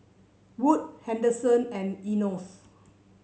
Wood Henderson and Enos